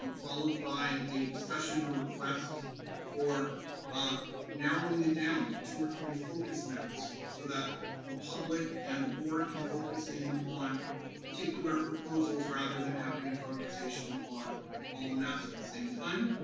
followed by a discussion or requests for ah narrowing it down to two or three focused maps, so that the public and the board can focus in on particular proposals rather than having a conversation on all the maps at the same time.